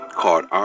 called